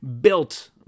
built